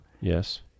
Yes